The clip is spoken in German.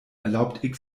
erlaubt